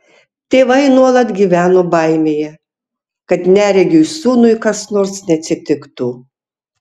tėvai nuolat gyveno baimėje kad neregiui sūnui kas nors neatsitiktų